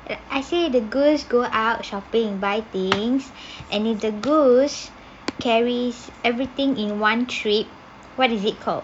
I see the goose go out shopping buy things and if the goose carries everything in one trip what is it called